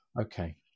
Okay